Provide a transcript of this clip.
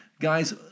Guys